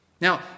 Now